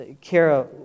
Kara